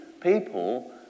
people